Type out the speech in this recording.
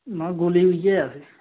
मुंगफली बी है